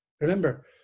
Remember